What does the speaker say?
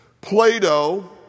Plato